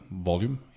volume